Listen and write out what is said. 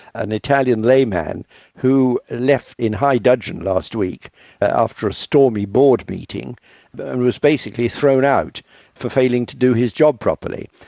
an italian layman who left in high dudgeon last week after a stormy board meeting and was basically thrown out for failing to do his job properly.